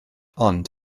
ond